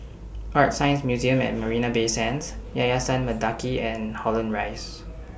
ArtScience Museum At Marina Bay Sands Yayasan Mendaki and Holland Rise